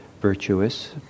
virtuous